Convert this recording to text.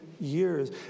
years